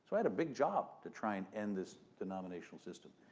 had a big job to try and end this denominational system.